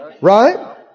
right